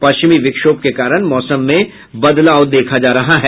पश्चिमी विक्षोभ के कारण मौसम में बदलाव देखा जा रहा है